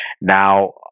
Now